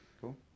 Cool